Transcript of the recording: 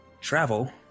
travel